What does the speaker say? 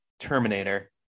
Terminator